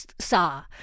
saw